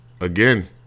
again